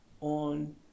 on